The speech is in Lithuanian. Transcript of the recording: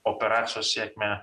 operacijos sėkmę